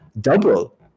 double